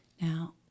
Now